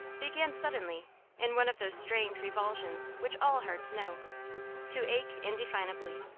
began suddenly in one of those strange revulsions which all hearts know to ache indefinably.